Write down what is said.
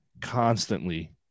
constantly